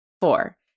Four